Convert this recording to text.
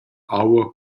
aua